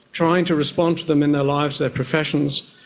trying to respond to them in their lives, their professions,